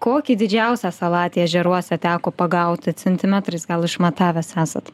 kokį didžiausią salatį ežeruose teko pagauti centimetrais gal išmatavęs esat